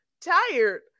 tired